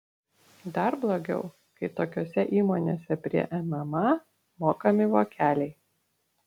dar blogiau kai tokiose įmonėse prie mma mokami vokeliai